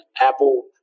Apple